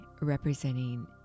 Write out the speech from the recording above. representing